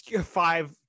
five